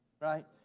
right